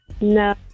No